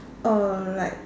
uh like